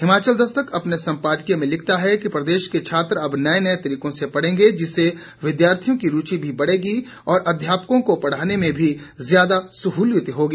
हिमाचल दस्तक अपने संपादकीय में लिखता है कि प्रदेश के छात्र नए नए तरीकों से पढ़ेंगे जिससे विद्यार्थियों की रूचि भी बढ़ेगी और अध्यापकों को पढ़ाने में भी ज्यादा सहुलियत होगी